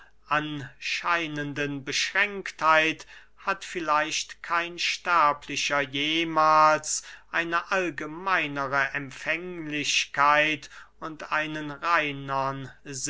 anscheinenden beschränktheit hat vielleicht kein sterblicher jemahls eine allgemeinere empfänglichkeit und einen reinern